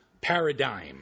paradigm